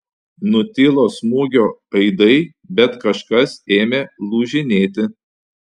nutilo smūgio aidai bet kažkas ėmė lūžinėti